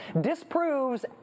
disproves